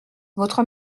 votre